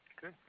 Good